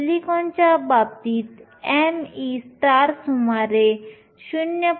सिलिकॉनच्या बाबतीतme सुमारे 0